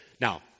Now